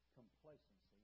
complacency